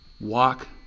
walk